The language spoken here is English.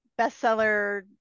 bestseller